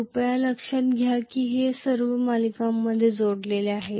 कृपया लक्षात घ्या की हे सर्व मालिकांमध्ये जोडलेले आहेत